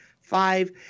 five